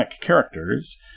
characters